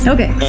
Okay